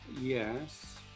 Yes